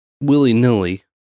willy-nilly